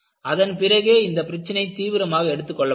அதன்பிறகே இந்த பிரச்சனை தீவிரமாக எடுத்துக் கொள்ளப்பட்டது